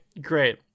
great